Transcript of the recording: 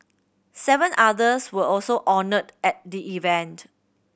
seven others were also honoured at the event